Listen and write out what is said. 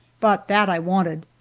but that i wanted.